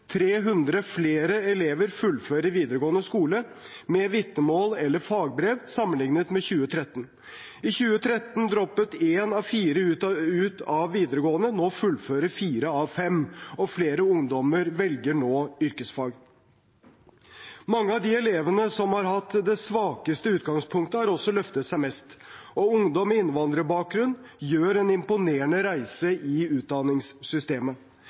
300 flere elever fullfører videregående skole med vitnemål eller fagbrev sammenlignet med 2013. I 2013 droppet én av fire ut av videregående. Nå fullfører fire av fem, og flere ungdommer velger nå yrkesfag. Mange av de elevene som har hatt det svakeste utgangspunktet, har også løftet seg mest, og ungdom med innvandrerbakgrunn gjør en imponerende reise i utdanningssystemet.